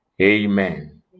amen